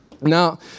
Now